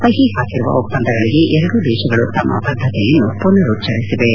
ಸಹಿ ಹಾಕಿರುವ ಒಪ್ಪಂದಗಳಿಗೆ ಎರಡೂ ದೇಶಗಳು ತಮ್ಮ ಬದ್ಗತೆಯನ್ನು ಮನರುಚ್ವರಿಸಿವೆ